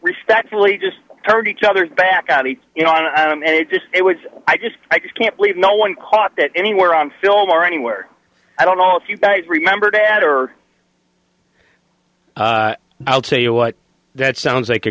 respectfully just heard each other's back out and you know i mean it just it was i just i just can't believe no one caught that anywhere on film or anywhere i don't know if you guys remember that or i'll tell you what that sounds like a